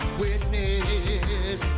witness